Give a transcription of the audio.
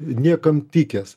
niekam tikęs